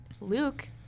Luke